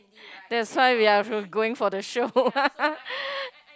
that's why we are going for the show